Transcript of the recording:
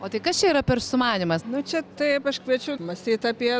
o tai kas čia yra per sumanymas na čia taip aš kviečiu mąstyti apie